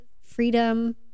freedom